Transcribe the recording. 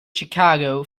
chicago